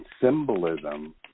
symbolism